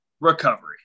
recovery